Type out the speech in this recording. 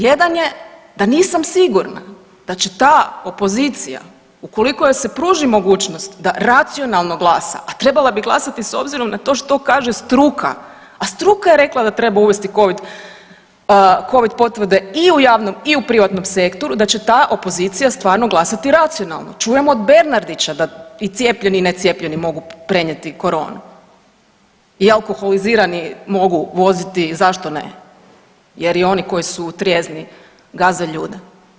Jedan je da nisam sigurna da će ta opozicija ukoliko joj se pruži mogućnost da racionalno glasa, a treba bi glasati s obzirom na to što kaže struka, a struka je rekla da treba uvesti Covid potvrde i u javnom i u privatnom sektoru, da će ta opozicija stvarno glasati racionalno, čujem od Bernardića da i cijepljeni i necijepljeni mogu prenijeti koronu i alkoholizirani mogu voziti zašto ne jer i oni koji su trijezni gaze ljude.